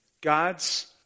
God's